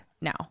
now